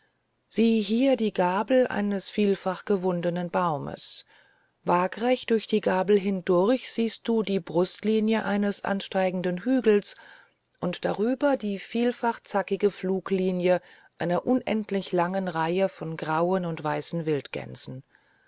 sieh hier die gabel eines vielfach gewundenen baumes waagrecht durch die gabel hindurch siehst du die brustlinie eines ansteigenden hügels und darüber die vielfach zackige fluglinie einer unendlich langen reihe von grauen und weißen wildgänsen